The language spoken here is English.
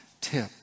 tip